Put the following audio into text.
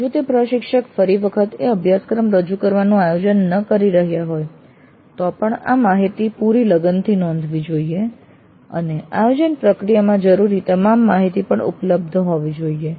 જો તે પ્રશિક્ષક ફરી વખત એ અભ્યાસક્રમ રજૂ કરવાનું આયોજન ન કરી રહ્યા હોય તો પણ આ માહિતી પુરી લગનથી નોંધવી જોઈએ અને આયોજન પ્રક્રિયામાં જરૂરી તમામ માહિતી પણ ઉપલબ્ધ હોવી જોઈએ